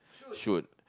shoot